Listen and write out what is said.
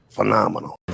Phenomenal